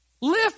Lift